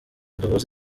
duhuze